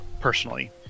personally